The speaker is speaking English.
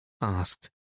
asked